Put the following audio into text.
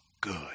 good